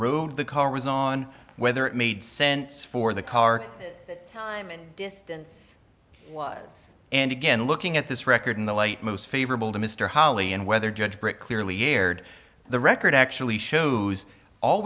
route the car was on whether it made sense for the car that time it was and again looking at this record in the light most favorable to mr holley and whether judge britt clearly erred the record actually shows all